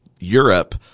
Europe